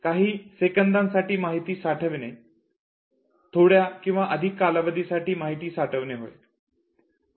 काही सेकंदासाठी माहिती साठवणे थोड्या किंवा अधिक कालावधीसाठी माहिती साठवणे होय